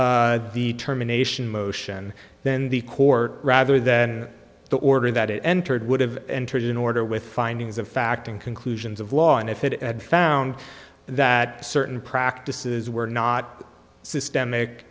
contested determination motion then the court rather than the order that it entered would have entered in order with findings of fact and conclusions of law and if it had found that certain practices were not systemic